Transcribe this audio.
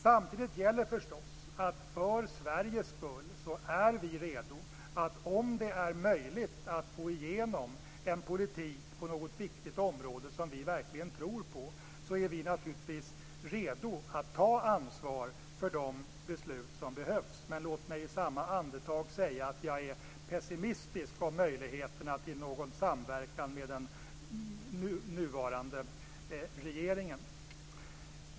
Samtidigt gäller förstås att vi för Sveriges skull om det är möjligt att få igenom en politik på något viktigt område som vi verkligen tror på naturligtvis är redo att ta ansvar för de beslut som behövs. Men låt mig i samma andetag säga att jag är pessimistisk till möjligheterna för någon samverkan med den nuvarande regeringen.